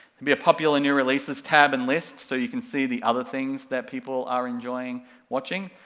and be a popular new releases tab and list, so you can see the other things that people are enjoying watching,